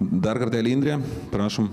dar kartelį indrė prašom